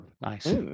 Nice